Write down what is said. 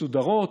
מסודרות,